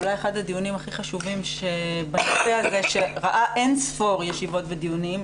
אולי אחד הדיונים הכי חשובים בנושא הזה שראה אין ספור ישיבות ודיונים,